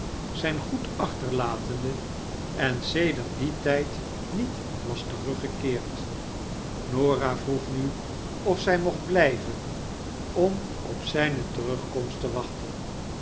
zijn goed achterlatende en sedert dien tijd niet was teruggekeerd norah vroeg nu of zij mocht blijven om op zijne terugkomst te wachten